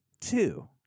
two